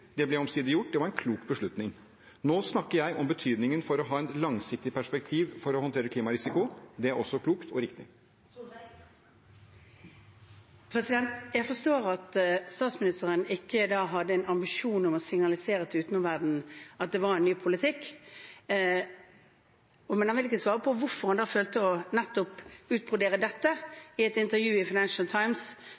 Det ble omsider gjort, og det var en klok beslutning. Nå snakker jeg om betydningen av å ha et langsiktig perspektiv for å håndtere klimarisiko. Det er også klokt og riktig. Det blir oppfølgingsspørsmål – først Erna Solberg. Jeg forstår da at statsministeren ikke hadde en ambisjon om å signalisere til omverdenen at det var en ny politikk. Men han vil ikke svare på hvorfor han følte for nettopp å utbrodere dette